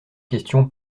question